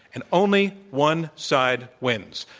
and only one side wins.